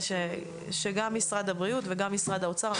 אנחנו מבקשים גם ממשרד הבריאות וגם ממשרד האוצר: